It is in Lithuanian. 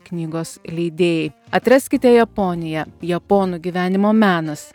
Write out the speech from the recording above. knygos leidėjai atraskite japoniją japonų gyvenimo menas